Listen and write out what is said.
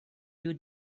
you